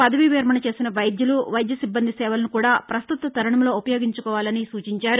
పదవీ విరమణ చేసిన వైద్యులు వైద్య సిబ్బంది సేలను కూడా ప్రస్తుత తరుణంలో ఉపయోగించుకోవాలని సూచించారు